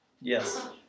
Yes